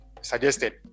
suggested